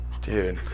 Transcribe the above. dude